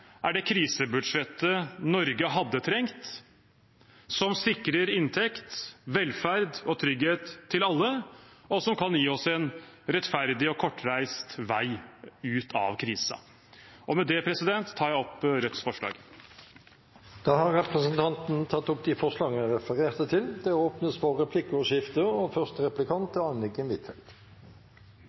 er det krisebudsjettet Norge hadde trengt – som kunne sikret inntekt, velferd og trygghet til alle, og som kunne gi oss en rettferdig og kortreist vei ut av krisen. Med det tar jeg opp Rødts forslag. Da har representanten Bjørnar Moxnes tatt opp det forslaget han refererte til. Det blir replikkordskifte. Forsvars- og sikkerhetspolitikken er vel det området hvor det er